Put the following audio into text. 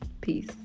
peace